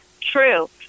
true